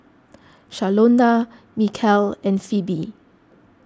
Shalonda Mikeal and Phoebe